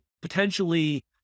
potentially